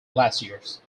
glaciers